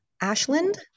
Ashland